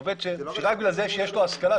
שרק בגלל זה שיש לו השכלה,